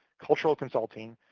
cultural consulting,